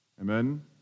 Amen